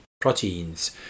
proteins